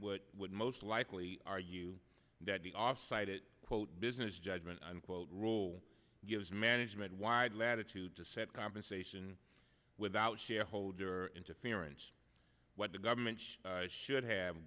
government would most likely argue that the oft cited quote business judgment unquote rule gives management wide latitude to set compensation without shareholder interference what the government should have